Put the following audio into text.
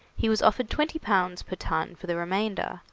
he was offered twenty pounds per ton for the remainder,